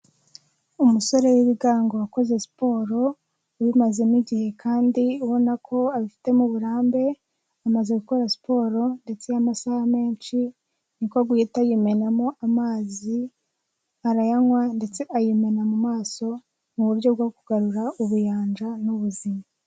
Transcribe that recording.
Umusore w'ibigango wakoze siporo, ubimazemo igihe kandi ubona ko abifitemo uburambe, amaze gukora siporo ndetse y'amasaha menshi, niko guhita yimenamo amazi, arayanywa ndetse ayimena mu maso mu buryo bwo kugarura ubuyanja n'ubuzima.